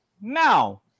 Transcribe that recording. Now